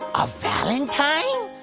a valentine?